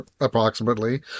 approximately